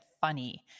funny